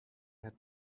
had